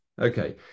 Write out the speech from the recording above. Okay